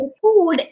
food